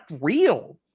real